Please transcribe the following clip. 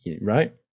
right